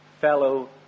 fellow